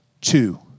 two